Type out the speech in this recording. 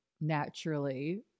naturally